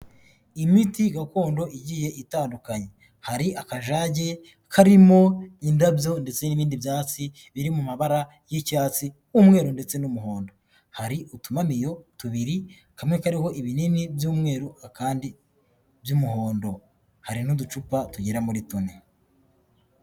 Imiti gakondo igiye itandukanye. Hari akajage karimo indabyo ndetse n'ibindi byatsi biri mu mabara y'icyatsi, umweru ndetse n'umuhondo. Hari utumamiyo tubiri, kamwe kariho ibinini by'umweru, akandi by'umuhondo. Hari n'uducupa tugera muri tune.